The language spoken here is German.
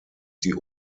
die